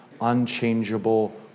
unchangeable